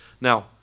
Now